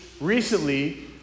recently